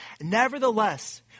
Nevertheless